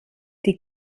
die